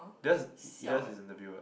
theirs theirs is interview what